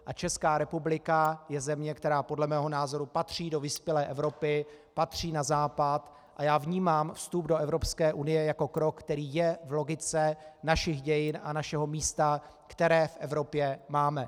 A Česká republika je země, která podle mého názoru patří do vyspělé Evropy, patří na Západ, a já vnímám vstup do Evropské unie jako krok, který je v logice našich dějin a našeho místa, které v Evropě máme.